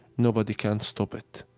nobody can stop it,